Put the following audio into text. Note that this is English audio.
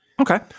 Okay